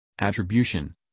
Attribution